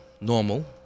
normal